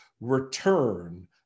return